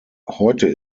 heute